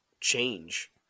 change